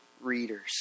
readers